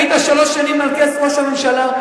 היית שלוש שנים על כס ראש הממשלה,